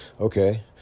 Okay